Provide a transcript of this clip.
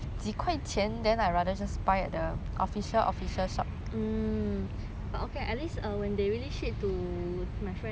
mm but okay at least um when they really ship to my friend lor then the item really